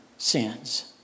Sins